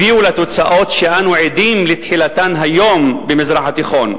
הביאו לתוצאות שאנו עדים לתחילתן היום במזרח התיכון.